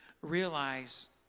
realize